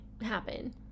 happen